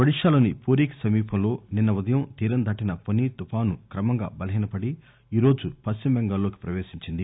ఒడిశా లోని పూరీ కి సమీపం లో నిన్న ఉదయం తీరం దాటిన ఫొని తుఫాను క్రమంగా బలహీనపడి ఈ రోజు పశ్చిమ బెంగాల్ లోకి ప్రవేశించింది